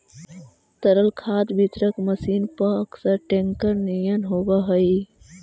तरल खाद वितरक मशीन पअकसर टेंकर निअन होवऽ हई